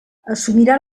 assumirà